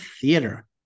theater